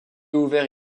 ouverts